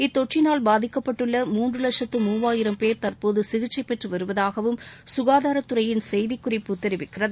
இத்தொற்றினால் பாதிக்கப்பட்டுள்ள மூன்று லட்சத்து மூவாயிரம் பேர் தற்போது சிகிச்சை பெற்று வருவதாகவும் சுகாதாரத் துறையின் செய்திக் குறிப்பு தெரிவிக்கிறது